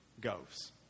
goes